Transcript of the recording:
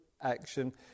action